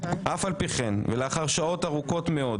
אף על פי כן ולאחר שעות ארוכות מאוד